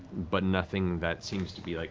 but nothing that seems to be like